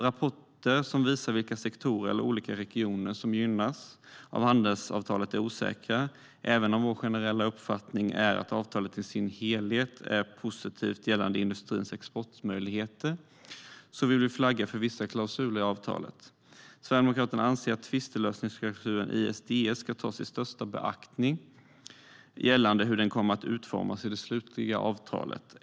Rapporter som visar vilka sektorer eller olika regioner som gynnas av handelsavtalet är osäkra. Även om vår generella uppfattning är att avtalet i sin helhet är positivt gällande industrins exportmöjligheter vill vi flagga för vissa klausuler i avtalet. Sverigedemokraterna anser att tvistlösningsklausulen ISDS ska tas i största beaktning gällande hur den kommer att utformas i det slutgiltiga avtalet.